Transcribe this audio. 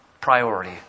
priority